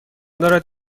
دارد